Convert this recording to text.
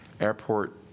Airport